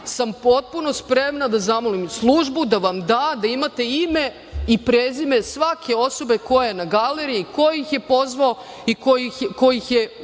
sam potpuno spremna da zamolim službu da vam da, da imate ime i prezime svake osobe koja je na galeriji, ko ih je pozvao i ko ih je